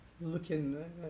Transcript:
looking